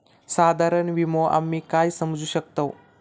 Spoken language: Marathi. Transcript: साधारण विमो आम्ही काय समजू शकतव?